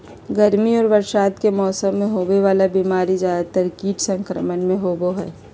गर्मी और बरसात के मौसम में होबे वला बीमारी ज्यादातर कीट संक्रमण से होबो हइ